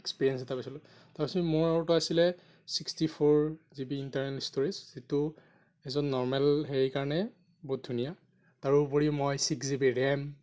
experience এটা পাইছিলোঁ তাৰপিছত মোৰ আৰু এটা আছিলে sixty four G B internal storage যিটো এজন নৰ্মেল হেৰিৰ কাৰণে বহুত ধুনীয়া তাৰোপৰি মই ছিক্স জি বি ৰেম